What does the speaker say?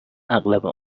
اغلب